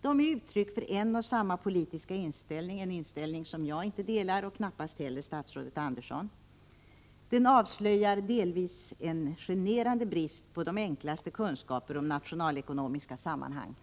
De är uttryck för en och samma politiska inställning — en inställning som inte jag, och knappast heller statsrådet Andersson, delar. Materialet avslöjar bitvis också en generande brist på de enklaste kunskaper om nationalekonomiska sammanhang.